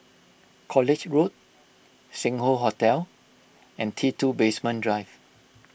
College Road Sing Hoe Hotel and T two Basement Drive